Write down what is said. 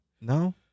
No